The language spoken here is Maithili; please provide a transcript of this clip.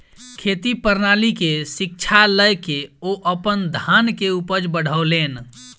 खेती प्रणाली के शिक्षा लय के ओ अपन धान के उपज बढ़ौलैन